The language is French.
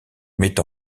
met